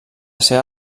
seva